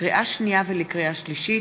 לקריאה שנייה ולקריאה שלישית,